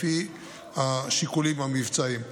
לפי השיקולים המבצעיים.